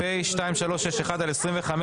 התשפ"ג 2023 (פ/2361/25),